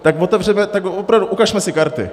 Tak otevřeme, tak opravdu ukažme si karty.